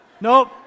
Nope